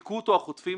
היכו אותו החוטפים,